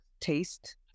taste